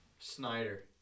Snyder